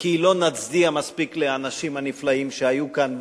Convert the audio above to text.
כי לא נצדיע מספיק לאנשים הנפלאים שהיו כאן,